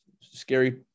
scary